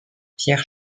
pierre